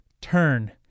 Turn